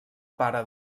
pare